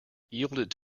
yielded